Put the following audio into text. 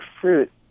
fruit